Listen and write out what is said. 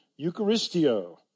Eucharistio